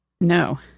No